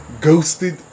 ghosted